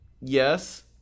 yes